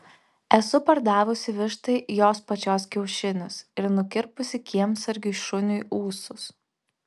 esu pardavusi vištai jos pačios kiaušinius ir nukirpusi kiemsargiui šuniui ūsus